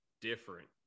different